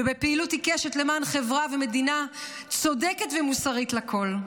ובפעילות עיקשת למען חברה ומדינה צודקת ומוסרית לכול.